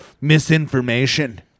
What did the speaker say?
Misinformation